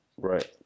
Right